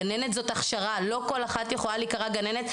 גננת זאת הכשרה, לא כל אחת יכולה להיקרא גננת.